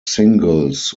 singles